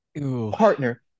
partner